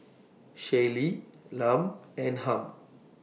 Shaylee Lum and Hamp